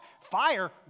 Fire